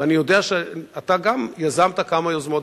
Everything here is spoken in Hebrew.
אני יודע שגם אתה יזמת כמה יוזמות,